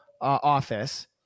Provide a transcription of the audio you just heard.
office